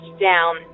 down